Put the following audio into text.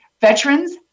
Veterans